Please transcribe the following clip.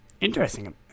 interesting